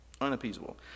Unappeasable